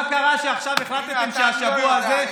מה קרה שעכשיו החלטתם שהשבוע הזה,